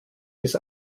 bis